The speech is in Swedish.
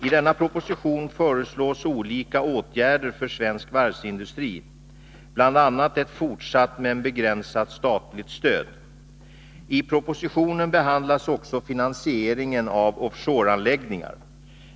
I denna proposition föreslås olika åtgärder för svensk varvsindustri, bl.a. ett fortsatt men begränsat statligt stöd. I propositionen behandlades också finansieringen av offshore-anläggningar.